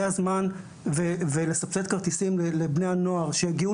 זה הזמן גם לסבסד כרטיסים לבני הנוער שיגיעו